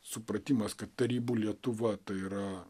supratimas kad tarybų lietuva tai yra